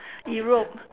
europe